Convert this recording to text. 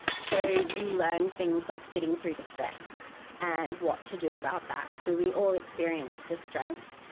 so you learn things like sitting through distress and what to do about that. so we all experience distress,